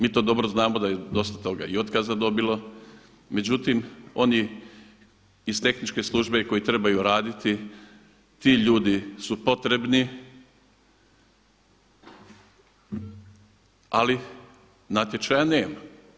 Mi to dobro znamo da je dosta toga i otkaza dobilo, međutim oni iz tehničke službe koji trebaju raditi ti ljudi su potrebni, ali natječaja nema.